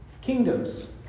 kingdoms